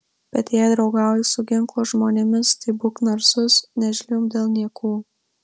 bet jei draugauji su ginklo žmonėmis tai būk narsus nežliumbk dėl niekų